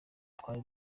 twari